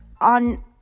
on